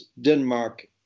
Denmark